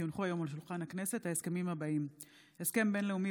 כי הונחו היום על שולחן הכנסת ההסכמים האלה: 1. הסכם בין-לאומי